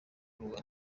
kurwanya